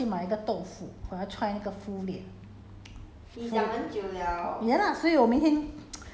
okay so okay 我我明天要去买一个豆腐我要 try 那个敷脸